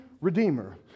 redeemer